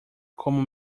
como